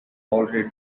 already